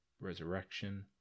resurrection